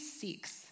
seeks